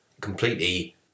completely